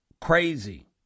crazy